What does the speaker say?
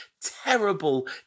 terrible